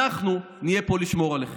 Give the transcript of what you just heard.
אנחנו נהיה פה לשמור עליכם.